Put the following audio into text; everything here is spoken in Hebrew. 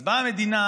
אז באה המדינה,